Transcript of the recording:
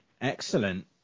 excellent